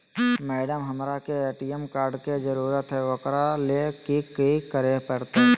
Madam, हमरा के ATM card के जरूरत है ऊकरा ले की की करे परते?